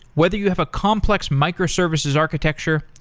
whether you have a complex microservices architecture,